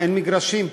אין מגרשים.